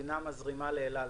המדינה מזרימה לאל על,